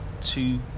two